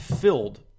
filled